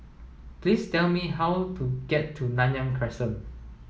please tell me how to get to Nanyang Crescent